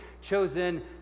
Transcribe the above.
Chosen